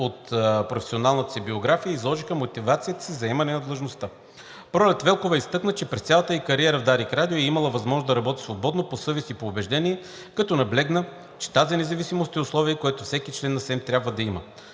от професионалната си биография и изложиха мотивацията си за заемане на длъжността. Пролет Велкова изтъкна, че през цялата ѝ кариера в Дарик радио е имала възможност да работи свободно, по съвест и по убеждение, като наблегна, че тази независимост е условие, което всеки член на СЕМ трябва да има.